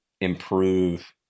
improve